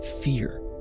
fear